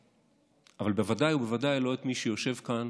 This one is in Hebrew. אבל בוודאי ובוודאי לא את מי שיושב כאן